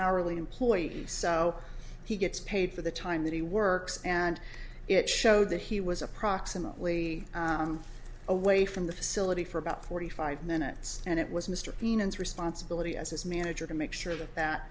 hourly employee so he gets paid for the time that he works and it showed that he was approximately away from the facility for about forty five minutes and it was mr keenan's responsibility as his manager to make sure that that